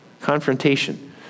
Confrontation